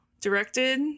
Directed